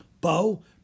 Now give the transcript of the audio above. Bo